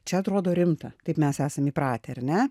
čia atrodo rimta taip mes esam įpratę ar ne